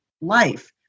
life